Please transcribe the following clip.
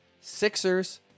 Sixers